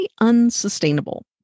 unsustainable